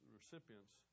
recipients